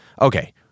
Okay